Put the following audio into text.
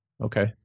okay